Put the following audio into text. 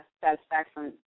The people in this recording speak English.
satisfaction